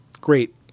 great